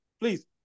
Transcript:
please